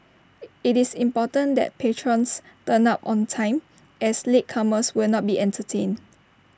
IT is important that patrons turn up on time as latecomers will not be entertained